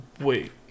Wait